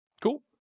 Cool